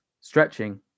stretching